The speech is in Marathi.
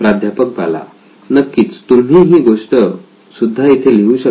प्राध्यापक बाला नक्कीच तुम्ही ती गोष्ट सुद्धा इथे लिहू शकता